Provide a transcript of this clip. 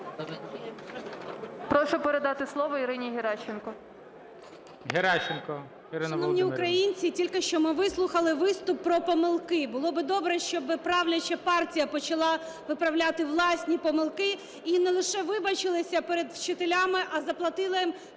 Прошу передати слово Ірині Геращенко.